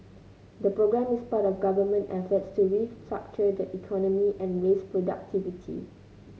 the programme is part of government efforts to restructure the economy and raise productivity